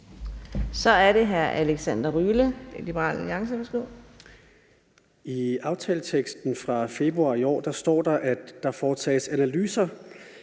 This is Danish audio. Kl. 14:49 Alexander Ryle (LA): I aftaleteksten fra februar i år står der, at der foretages analyser